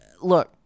look